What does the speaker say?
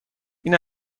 این